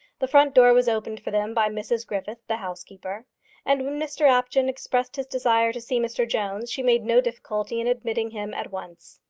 the front door was opened for them by mrs griffith, the housekeeper and when mr apjohn expressed his desire to see mr jones, she made no difficulty in admitting him at once.